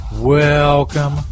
Welcome